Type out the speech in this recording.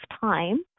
time